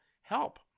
Help